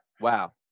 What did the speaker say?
Wow